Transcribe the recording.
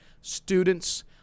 students